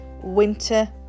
winter